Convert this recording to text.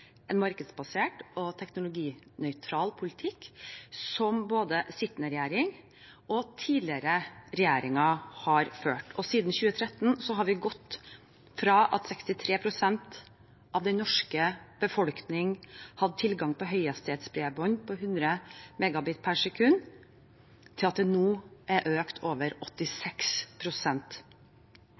en markedsbasert og teknologinøytral politikk som både sittende regjering og tidligere regjeringer har ført. Siden 2013 har vi gått fra at 63 pst. av den norske befolkningen hadde tilgang på høyhastighetsbredbånd på 100 Mbit/s, til at det nå er økt til over